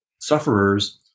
sufferers